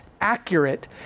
accurate